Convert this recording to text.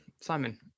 simon